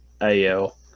AL